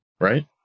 Right